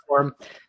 platform